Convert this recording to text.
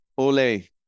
Ole